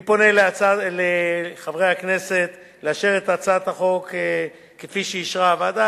אני פונה לחברי הכנסת לאשר את הצעת החוק כפי שאישרה הוועדה.